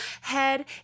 head